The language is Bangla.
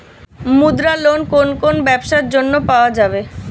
মুদ্রা লোন কোন কোন ব্যবসার জন্য পাওয়া যাবে?